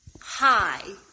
Hi